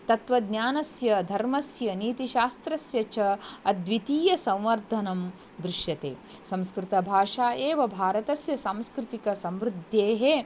तत्त्वज्ञानस्य धर्मस्य नीतिशास्त्रस्य च अद्वितीयसंवर्धनं दृश्यते संस्कृतभाषा एव भारतस्य सांस्कृतिकसमृद्ध्येः